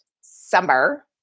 summer